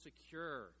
secure